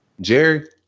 Jerry